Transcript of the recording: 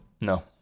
No